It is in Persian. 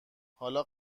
حالا